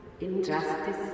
injustice